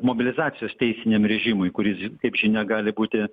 mobilizacijos teisiniam režimui kuris ž kaip žinia gali būti